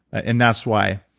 and that's why.